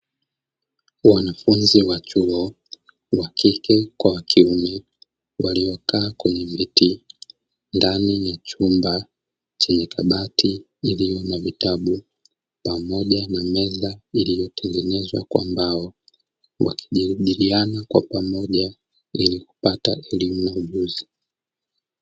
Wanafunzi wa chuo wakike kwa wa kiume, waliokaa kwenye viti ndani ya chumba chenye kabati iliyo na vitabu, pamoja na meza iliyotengenezwa kwa mbao wakijadiliana kwa pamoja, Ili kupata elimu na ujuzi.